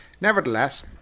nevertheless